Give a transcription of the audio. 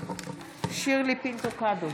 יצחק פינדרוס,